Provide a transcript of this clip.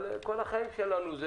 אבל בכל החיים שלנו,